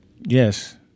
Yes